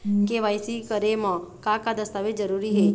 KYC करे म का का दस्तावेज जरूरी हे?